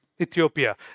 Ethiopia